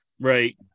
Right